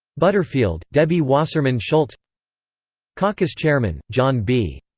butterfield, debbie wasserman schultz caucus chairman john b.